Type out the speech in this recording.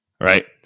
Right